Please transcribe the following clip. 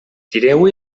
tireu